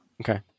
Okay